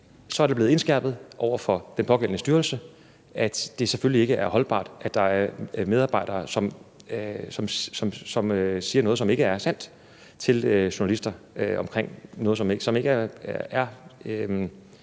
er det blevet indskærpet over for den pågældende styrelse, at det selvfølgelig ikke er holdbart, at der er medarbejdere, som siger noget, som ikke er sandt, til journalister, altså noget, som ikke er